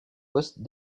poste